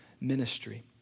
ministry